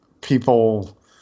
people